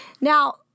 Now